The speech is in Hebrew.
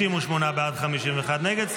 58 בעד, 51 נגד.